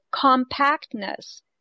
compactness